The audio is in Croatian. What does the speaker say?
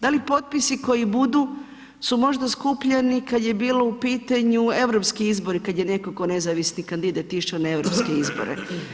Da li potpisi koji budu su možda skupljani kad je bilo u pitanju europski izbori, kad je netko kao nezavisni kandidat išao na europske izbore.